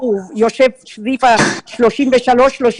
הוא יושב סביב ה-33-35,